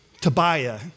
Tobiah